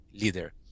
leader